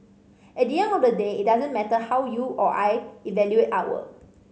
at the end of the day it doesn't matter how you or I evaluate artwork